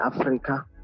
Africa